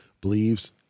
believes